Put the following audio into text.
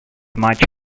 much